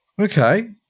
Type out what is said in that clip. okay